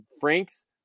Frank's